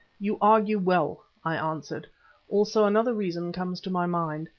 you argue well, i answered also another reason comes to my mind.